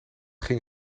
ging